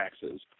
taxes